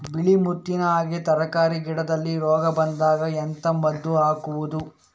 ಬಿಳಿ ಮುತ್ತಿನ ಹಾಗೆ ತರ್ಕಾರಿ ಗಿಡದಲ್ಲಿ ರೋಗ ಬಂದಾಗ ಎಂತ ಮದ್ದು ಹಾಕುವುದು?